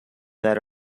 that